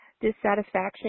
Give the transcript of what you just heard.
Dissatisfaction